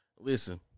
Listen